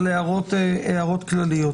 אבל הערות כלליות.